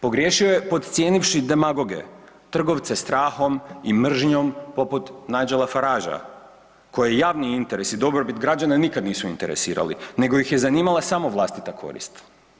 Pogriješio je podcijenivši demagoge, trgovce strahom i mržnjom, poput Nigela Faragea koji javni interes i dobrobit građana nikad nisu interesirali nego ih je zanimala samo vlastita korist.